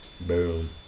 Boom